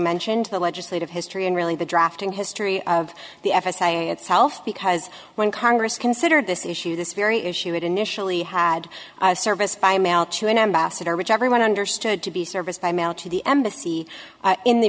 mentioned the legislative history and really the drafting history of the f s a itself because when congress considered this issue this very issue it initially had a service by mail to an ambassador rich everyone understood to be serviced by mail to the embassy in the